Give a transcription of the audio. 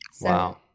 Wow